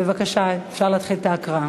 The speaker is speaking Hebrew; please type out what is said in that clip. בבקשה, אפשר להתחיל את ההקראה.